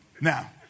Now